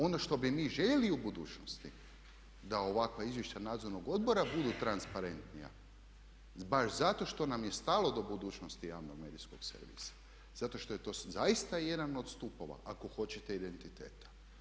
Ono što bi mi željeli u budućnosti da ovakva izvješća Nadzornog odbora budu transparentnija baš zato što nam je stalo do budućnosti javnog medijskog servisa, zato što je to zaista jedan od stupova ako hoćete identiteta.